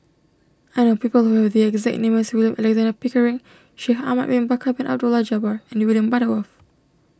I know people who have the exact name as William Alexander Pickering Shaikh Ahmad Bin Bakar Bin Abdullah Jabbar and William Butterworth